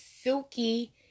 silky